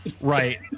right